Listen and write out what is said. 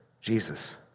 Jesus